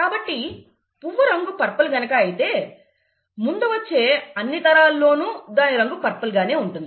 కాబట్టి పువ్వు రంగు పర్పుల్ కనుక అయితే ముందు వచ్చే అన్ని తరాల లోనూ దాని రంగు పర్పల్ గానే ఉంటుంది